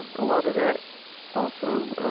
a lot of that also